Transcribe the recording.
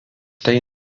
tai